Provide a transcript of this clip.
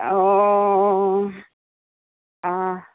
অ অ